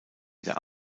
der